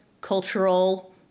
cultural